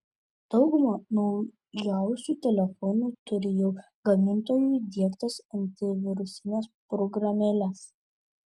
dauguma naujausių telefonų turi jau gamintojų įdiegtas antivirusines programėles